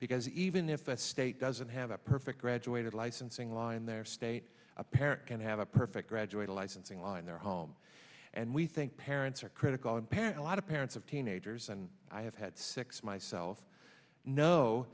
because even if a state doesn't have a perfect graduated licensing line there are states a parent can have a perfect graduated licensing lie in their home and we think parents are critical and parent a lot of parents of teenagers and i have had six myself kno